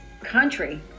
country